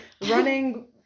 running